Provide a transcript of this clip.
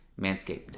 manscaped